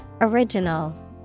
Original